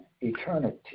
eternity